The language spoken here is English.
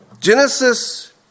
Genesis